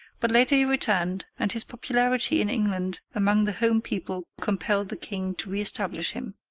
but later he returned, and his popularity in england among the home people compelled the king to reestablish him.